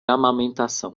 amamentação